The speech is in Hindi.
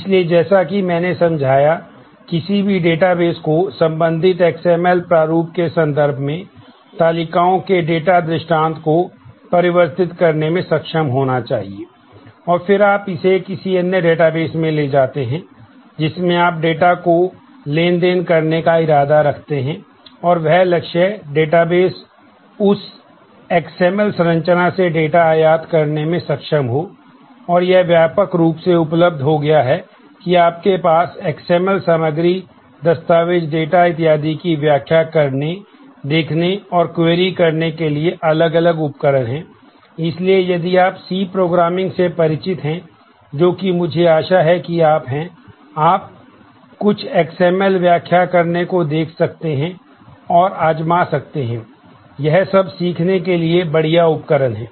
इसलिए जैसा कि मैंने समझाया किसी भी डेटाबेस व्याख्या करने को देख सकते हैं और आज़मा सकते हैं यह सब सीखने के लिए बढ़िया उपकरण हैं